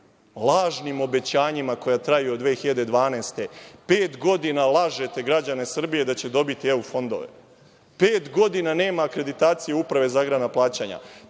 lažnim obećanjima koja traju od 2012. godine. Pet godina lažete građane Srbije da će dobiti EU fondove. Pet godina nema akreditacije Uprave za agrarna plaćanja.